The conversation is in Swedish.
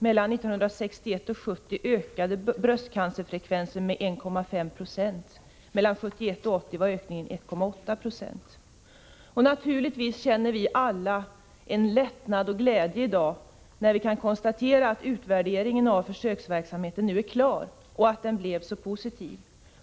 Mellan 1961 och 1970 ökade bröstcancerfrekvensen med 1,5 96, och mellan 1971 och 1980 var ökningen 1,8 96. Naturligtvis känner vi alla en lättnad och glädje i dag, när vi kan konstatera att utvärderingen av försöksverksamheten nu är klar och att den blev så positiv.